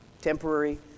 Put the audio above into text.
temporary